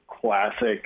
classic